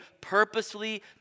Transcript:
purposely